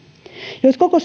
jos koko